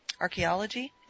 archaeology